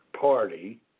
party